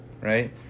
right